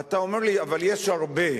אתה אומר לי: אבל יש הרבה.